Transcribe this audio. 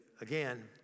again